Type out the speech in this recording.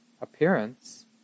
appearance